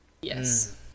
Yes